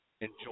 Enjoy